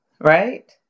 right